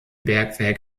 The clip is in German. bergwerk